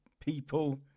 people